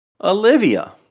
Olivia